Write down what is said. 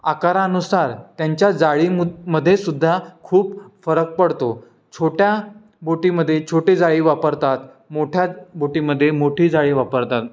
आकारानुसार त्यांच्या जाळीमु मध्ये सुद्धा खूप फरक पडतो छोट्या बोटीमध्ये छोटी जाळी वापरतात मोठ्या बोटीमध्ये मोठी जाळी वापरतात